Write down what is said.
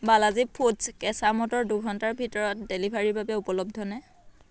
বালাজী ফুডছ কেঁচা মটৰ দুঘণ্টাৰ ভিতৰত ডেলিভাৰীৰ বাবে উপলব্ধ নে